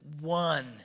one